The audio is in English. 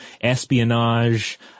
espionage